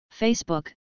Facebook